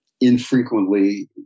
infrequently